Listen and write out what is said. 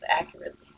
accurately